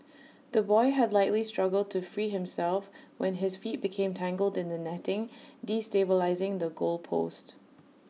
the boy had likely struggled to free himself when his feet became tangled in the netting destabilising the goal post